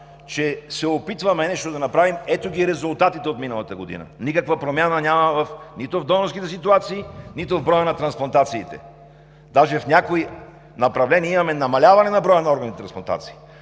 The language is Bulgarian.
че се опитваме нещо да направим – ето ги резултатите от миналата година: няма никаква промяна нито в донорските ситуации, нито в броя на трансплантациите и даже в някои направления имаме намаляване на броя на органните трансплантации,